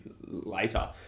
later